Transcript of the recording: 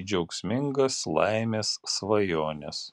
į džiaugsmingas laimės svajones